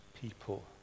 people